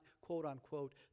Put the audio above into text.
quote-unquote